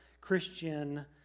Christian